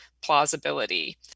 plausibility